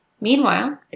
Meanwhile